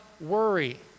worry